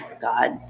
God